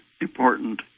important